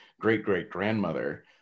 great-great-grandmother